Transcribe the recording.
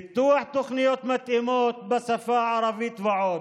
פיתוח תוכניות מתאימות בשפה הערבית ועוד.